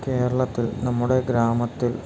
കേരളത്തിൽ നമ്മുടെ ഗ്രാമത്തിൽ